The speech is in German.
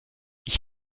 ich